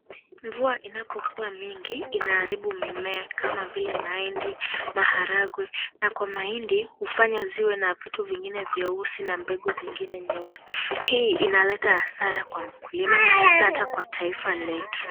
Mvua inapokuwa mingi, inaharibu mimea kama vile mahindi, maharagwe, na kwa mahindi hufanya ziwe na vitu vingine vyeusi na mbegu zingine nyeusi. Hii inaleta hasara kwa mkulima na hata kwa taifa letu.